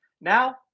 Now